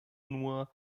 nur